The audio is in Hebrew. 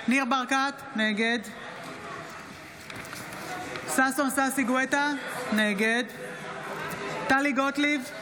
ניר ברקת, נגד ששון ששי גואטה, נגד טלי גוטליב,